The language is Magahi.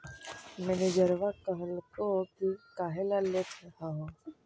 मैनेजरवा कहलको कि काहेला लेथ हहो?